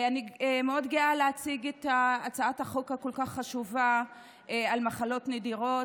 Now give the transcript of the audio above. אני מאוד גאה להציג את הצעת החוק הכל-כך חשובה על מחלות נדירות.